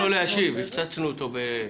תנו לו להשיב, הפצצנו אותו בשאלות.